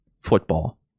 football